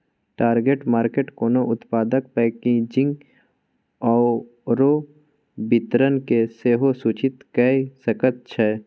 target market कोनो उत्पादक packaging आओर वितरणकेँ सेहो सूचित कए सकैत छै